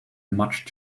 much